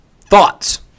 Thoughts